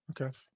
Okay